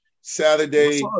Saturday